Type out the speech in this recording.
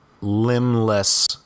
limbless